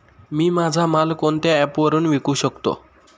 मी माझा माल कोणत्या ॲप वरुन विकू शकतो?